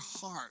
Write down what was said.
heart